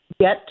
get